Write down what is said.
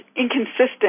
inconsistent